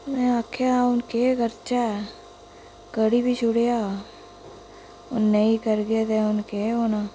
में आखेआ हून केह् करचै करी बी छुड़ेआ हून नेईं करगे ते हून केह् होना